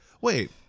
wait